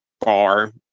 bar